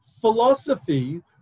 philosophy